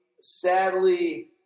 sadly